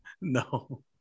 no